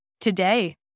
Today